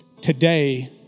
today